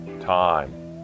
time